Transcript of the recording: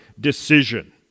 decision